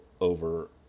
Over